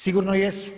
Sigurno jesu.